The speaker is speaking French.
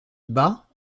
bas